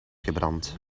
gebrand